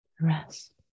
rest